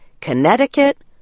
Connecticut